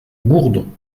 gourdon